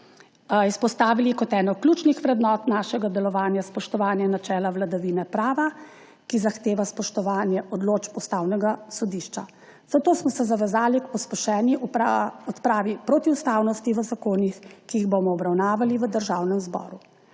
izpostavili kot eno ključnih vrednot našega delovanja spoštovanje načela vladavine prava, ki zahteva spoštovanje odločb Ustavnega sodišča. Zato smo se zavezali k pospešeni odpravi protiustavnosti v zakonih, ki jih bomo obravnavali v Državnem zboru.